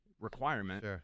requirement